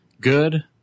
good